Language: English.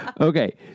Okay